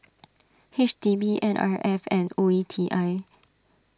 H D B N R F and O E T I